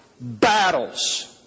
battles